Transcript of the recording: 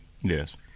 yes